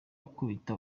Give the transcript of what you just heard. akubita